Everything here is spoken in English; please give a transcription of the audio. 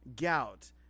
gout